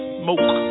smoke